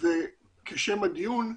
וכשם הדיון,